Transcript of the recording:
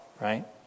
right